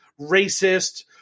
racist